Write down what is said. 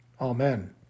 Amen